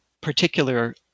particular